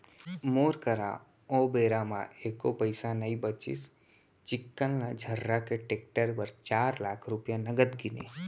मोर करा ओ बेरा म एको पइसा नइ बचिस चिक्कन ल झर्रा के टेक्टर बर चार लाख रूपया नगद गिनें